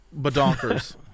Badonkers